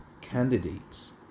candidates